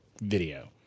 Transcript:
video